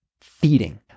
feeding